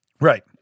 Right